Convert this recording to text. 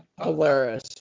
Hilarious